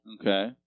Okay